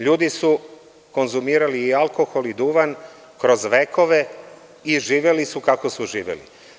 Ljudi su konzumirali i alkohol i duvan kroz vekove i živeli su kako su živeli.